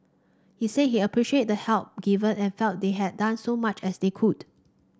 he said he appreciated the help given and felt they had done so much as they could